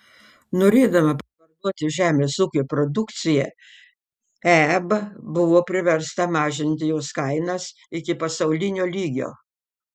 norėdama parduoti žemės ūkio produkciją eeb buvo priversta mažinti jos kainas iki pasaulinio lygio